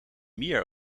mier